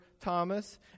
Thomas